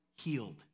healed